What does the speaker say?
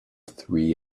three